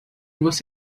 você